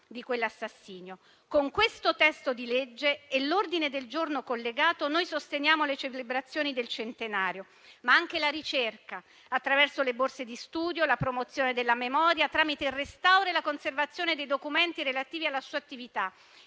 di quell'assassinio. Con questo testo di legge e l'ordine del giorno collegato noi sosteniamo le celebrazioni del centenario, ma anche la ricerca, attraverso le borse di studio, la promozione della memoria tramite il restauro e la conservazione dei documenti relativi alla sua attività